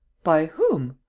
by whom?